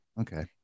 okay